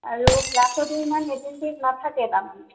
আৰু ক্লাছতো ইমান এটেনটিভ নাথাকে তাৰমানে